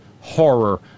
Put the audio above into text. horror